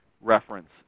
reference